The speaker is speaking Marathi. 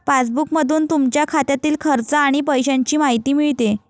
पासबुकमधून तुमच्या खात्यातील खर्च आणि पैशांची माहिती मिळते